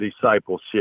discipleship